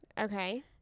Okay